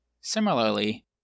Similarly